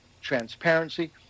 transparency